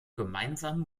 gemeinsam